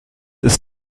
ist